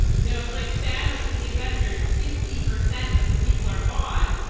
you know, it's like thanos in the avengers, fifty percent of the people are gone.